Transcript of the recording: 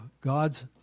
God's